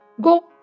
Go